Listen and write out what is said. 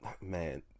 man